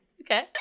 okay